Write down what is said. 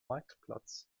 marktplatz